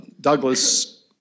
Douglas